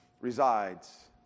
resides